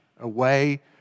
away